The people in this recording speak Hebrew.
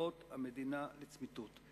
קרקעות המדינה לצמיתות.